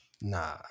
Nah